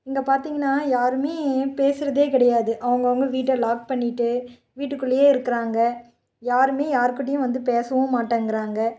இங்கே பார்த்திங்கன்னா யாருமே பேசுகிறதே கிடையாது அவங்கவங்க வீட்டை லாக் பண்ணிட்டு வீட்டுக்குள்ளேயே இருக்கிறாங்க யாருமே யார்கிட்டேயும் வந்து பேசவும் மாட்டேங்கிறாங்க